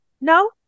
No